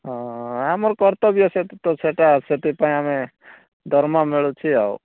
ହଁ ଆମର କର୍ତ୍ତବ୍ୟ ସେଇଠି ତ ସେଇଟା ସେଥିପାଇଁ ଆମେ ଦରମା ମିଳୁଛି ଆଉ